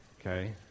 Okay